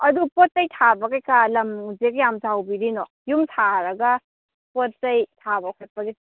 ꯑꯗꯣ ꯄꯣꯠ ꯆꯩ ꯊꯥꯕ ꯀꯩꯀꯥ ꯂꯝꯁꯦ ꯀꯌꯥꯝ ꯆꯥꯎꯕꯤꯔꯤꯅꯣ ꯌꯨꯝ ꯊꯥꯔꯒ ꯄꯣꯠ ꯆꯩ ꯊꯥꯕ ꯈꯣꯠꯄꯒꯤ